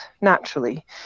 naturally